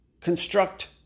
construct